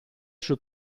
sul